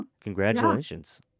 Congratulations